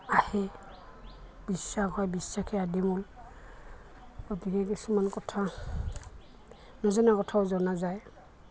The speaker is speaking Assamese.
আহে বিশ্বাস হয় বিশ্বাসে আদিমূল গতিকে কিছুমান কথা নজনা কথাও জনা যায়